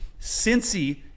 Cincy